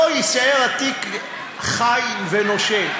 לא יישאר התיק חי ונושם.